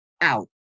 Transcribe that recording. out